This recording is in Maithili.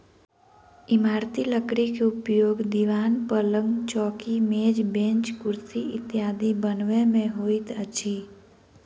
इमारती लकड़ीक उपयोग दिवान, पलंग, चौकी, मेज, बेंच, कुर्सी इत्यादि बनबय मे होइत अछि